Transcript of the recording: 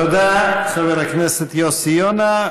תודה, חבר הכנסת יוסי יונה.